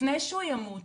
לפני שהוא ימות